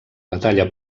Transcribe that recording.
batalla